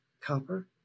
copper